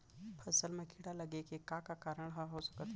फसल म कीड़ा लगे के का का कारण ह हो सकथे?